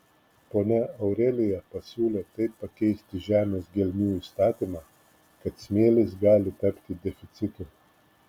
ponia aurelija pasiūlė taip pakeisti žemės gelmių įstatymą kad smėlis gali tapti deficitu